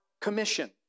commission